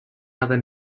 other